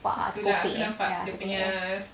kopak kopek eh ya